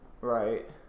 Right